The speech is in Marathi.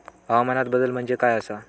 हवामान बदल म्हणजे काय आसा?